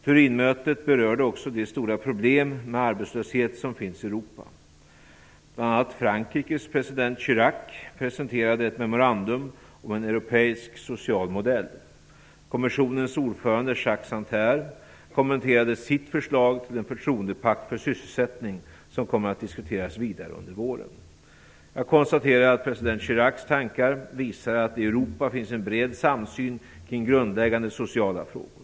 Turinmötet berörde också de stora problem med arbetslösheten som finns i Europa. Bl.a. Frankrikes president Jacques Chirac presenterade ett memorandum om en europeisk social modell. Kommissionens ordförande Jacques Santer kommenterade sitt förslag till en förtroendepakt för sysselsättning som kommer att diskuteras vidare under våren. Jag konstaterar att president Chiracs tankar visar att det i Europa finns en bred samsyn kring grundläggande sociala frågor.